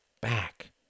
back